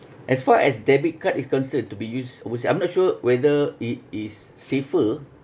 as far as debit card is concerned to be used which I'm not sure whether it is safer